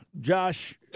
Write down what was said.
Josh